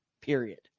Period